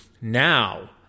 Now